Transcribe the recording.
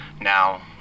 now